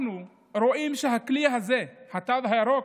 אנחנו רואים שהכלי הזה, התו הירוק,